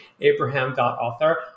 abraham.author